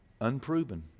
Unproven